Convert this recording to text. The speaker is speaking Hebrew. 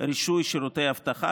רישוי שירותי אבטחה,